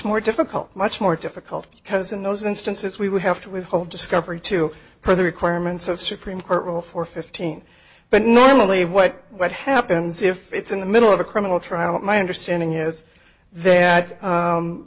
more difficult much more difficult because in those instances we would have to withhold discovery to her the requirements of supreme court rule for fifteen but normally what what happens if it's in the middle of a criminal trial but my understanding is that